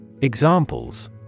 Examples